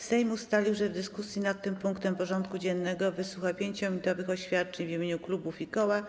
Sejm ustalił, że w dyskusji nad tym punktem porządku dziennego wysłucha 5-minutowych oświadczeń w imieniu klubów i koła.